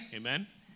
amen